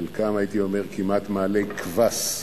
חלקם הייתי אומר כמעט מעלי קבס,